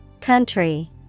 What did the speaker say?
Country